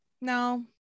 no